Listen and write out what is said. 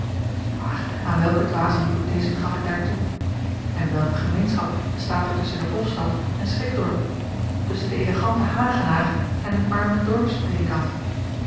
maar aan welke dwaze hypothezen gaf ik daar toe en welke gemeenschap bestaat er tusschen de hofstad en slikdorp tusschen den eleganten hagenaar en een armen dorpspredikant